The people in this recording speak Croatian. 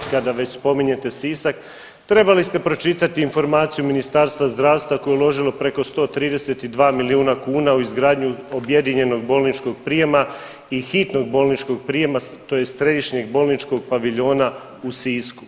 Kada već spominjete Sisak trebali ste pročitati informaciju Ministarstva zdravstva koje je uložilo preko 132 milijuna kuna u izgradnju objedinjenog bolničkog prijema i hitnog bolničkog prijema tj. Središnjeg bolničkog paviljona u Sisku.